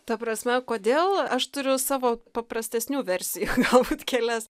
ta prasme kodėl aš turiu savo paprastesnių versijų galbūt kelias